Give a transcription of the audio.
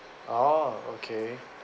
oh okay